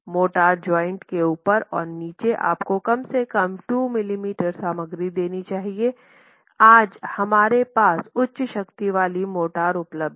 mortar joint के ऊपर और नीचे आपको कम से कम 2 मिलीमीटर सामग्री देनी चाहिए आज हमारे पास उच्च शक्ति वाले मोर्टार उपलब्ध हैं